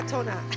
Tona